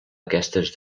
aquestes